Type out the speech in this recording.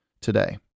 today